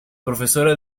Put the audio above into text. profesora